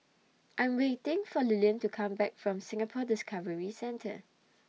I'm waiting For Lillian to Come Back from Singapore Discovery Centre